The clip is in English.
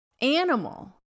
animal